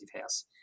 house